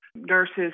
nurses